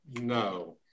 No